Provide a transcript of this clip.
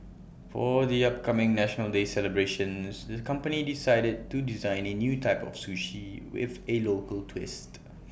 for the upcoming National Day celebrations the company decided to design A new type of sushi with A local twist